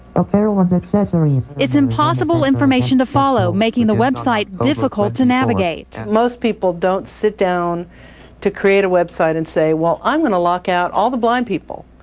apparel and accessories. it's impossible information to follow, making the web site difficult to navigate. most people don't sit down to create a web site and say, well, i'm gonna lock out all the blind people.